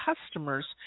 customers